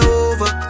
over